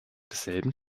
desselben